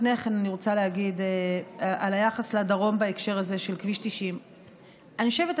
לפני כן אני רוצה להגיד על היחס לדרום בהקשר הזה של כביש 90. אני חושבת,